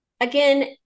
again